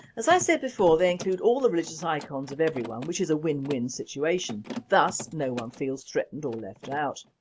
as i said before they include all the religious icons of everyone which is a win win situation. thus no one feels threatened or left out.